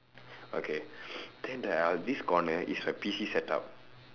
okay then there are this corner is my P_C setup